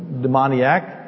demoniac